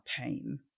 pain